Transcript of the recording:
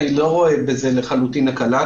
אני לא רואה בזה לחלוטין הקלה,